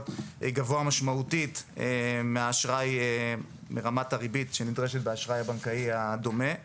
גבוה משמעותית מרמת הריבית שנדרשת באשראי הבנקאי הדומה;